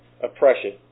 oppression